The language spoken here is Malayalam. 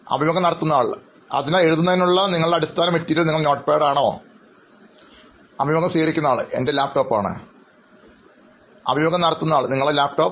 അഭിമുഖം നടത്തുന്നയാൾ അതിനാൽ എഴുതുന്നതിനുള്ള നിങ്ങളുടെ അടിസ്ഥാന മെറ്റീരിയൽ നിങ്ങളുടെ നോട്ട്പാഡ് ആണോ അഭിമുഖം സ്വീകരിക്കുന്നയാൾ എൻറെ ലാപ്ടോപ്പ് ആണ് അഭിമുഖം നടത്തുന്നയാൾ നിങ്ങളുടെ ലാപ്ടോപ്പ്